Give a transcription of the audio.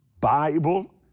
Bible